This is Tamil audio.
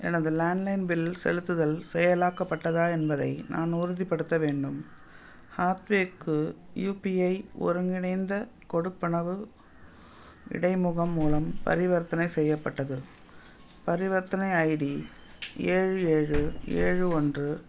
எனது லேண்ட்லைன் பில் செலுத்துதல் செயலாக்கப்பட்டதா என்பதை நான் உறுதிப்படுத்த வேண்டும் ஹாத்வேக்கு யூபிஐ ஒருங்கிணைந்த கொடுப்பனவு இடைமுகம் மூலம் பரிவர்த்தனை செய்யப்பட்டது பரிவர்த்தனை ஐடி ஏழு ஏழு ஏழு ஒன்று